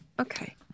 Okay